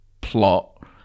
plot